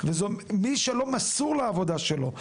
ומי שלא מסור לעבודה שלו,